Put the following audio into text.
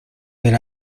del